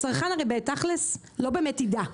הצרכן הרי בתכל'ס לא באמת יידע.